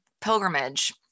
pilgrimage